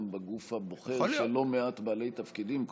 גם בגוף הבוחר של לא מעט בעלי תפקידים,